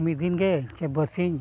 ᱢᱤᱫ ᱫᱤᱱᱜᱮ ᱪᱮ ᱵᱟᱨᱥᱤᱧ